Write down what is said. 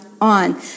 on